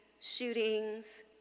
shootings